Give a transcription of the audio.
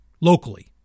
locally